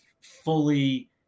fully